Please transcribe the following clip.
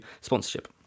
sponsorship